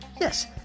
Yes